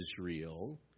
Israel